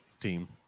team